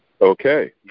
Okay